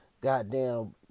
Goddamn